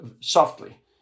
softly